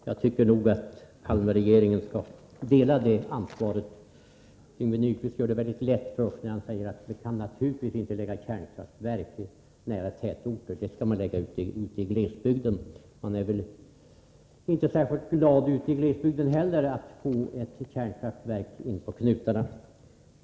Herr talman! Jag tycker nog att Palmeregeringen skall dela det ansvaret. Yngve Nyquist gör det väldigt lätt för sig när han säger att det naturligtvis inte kan ligga kärnkraftverk nära tätorter — dem skall vi lägga ute i glesbygden. Man är väl inte särskilt glad ute i glesbygden heller över att få ett kärnkraftverk inpå knutarna.